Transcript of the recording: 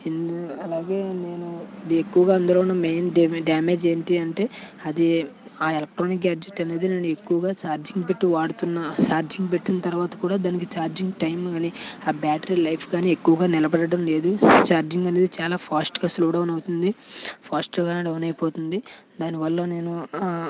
అలాగే నేను ఎక్కువగా అందులో ఉన్న మెయిన్ డ్యామేజ్ ఏమిటంటే అది ఆ ఎలక్ట్రానిక్ గ్యాడ్జెట్ అనేది నేను ఎక్కువగా ఛార్జింగ్ పెట్టి వాడుతున్న చార్జింగ్ పెట్టిన తర్వాత కూడా దానికి చార్జింగ్ టైం కాని ఆ బ్యాటరీ లైఫ్ కానీ ఎక్కువగా నిలబడడం లేదు చార్జింగ్ అనేది చాలా ఫాస్ట్గా స్లో డౌన్ అవుతుంది ఫాస్ట్గా డౌన్ అయిపోతుంది దానివల్ల నేను